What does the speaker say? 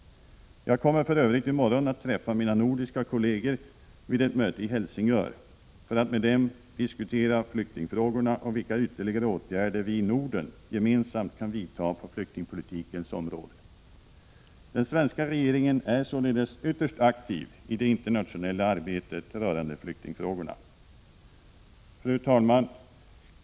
Jag kommer för övrigt i morgon att träffa mina nordiska kolleger vid ett möte i Helsingör för att med dem diskutera flyktingfrågorna och vilka ytterligare åtgärder vi i Norden gemensamt kan vidta på flyktingpo litikens område. Den svenska regeringen är således ytterst aktiv i det å Fru talman!